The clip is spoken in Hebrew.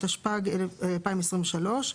התשפ"ג-2023,